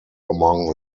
among